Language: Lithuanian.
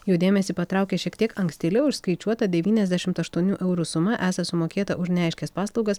jo dėmesį patraukė šiek tiek ankstėliau išskaičiuota devyniasdešimt aštuonių eurų suma esą sumokėta už neaiškias paslaugas